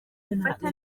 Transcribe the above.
gufata